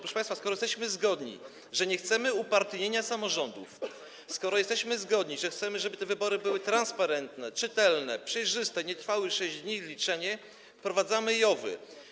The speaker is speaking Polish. Proszę państwa, skoro jesteśmy zgodni, że nie chcemy upartyjnienia samorządów, skoro jesteśmy zgodni, że chcemy, żeby te wybory były transparentne, czytelne, przejrzyste, żeby liczenie nie trwało 6 dni, wprowadzamy JOW-y.